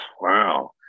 wow